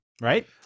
right